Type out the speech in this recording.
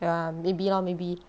ya maybe lor maybe